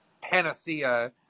panacea